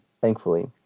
thankfully